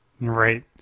Right